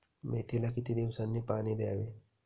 मेथीला किती दिवसांनी पाणी द्यावे?